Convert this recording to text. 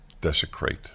desecrate